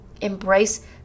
Embrace